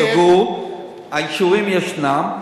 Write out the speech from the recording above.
כי זה סגור, האישורים ישנם.